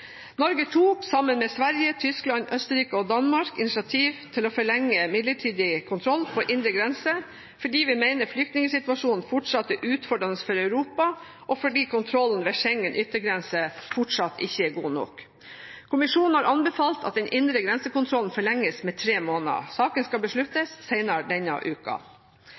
Norge tok, sammen med Sverige, Tyskland, Østerrike og Danmark, initiativ til å forlenge midlertidig kontroll på indre grense fordi vi mener at flyktningsituasjonen fortsatt er utfordrende for Europa, og fordi kontrollen med Schengen-yttergrensen fortsatt ikke er god nok. Kommisjonen har anbefalt at den indre grensekontrollen forlenges med tre måneder. Saken skal besluttes senere denne